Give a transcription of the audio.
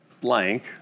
blank